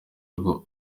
rwego